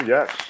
Yes